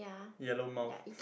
yellow mouth